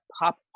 pop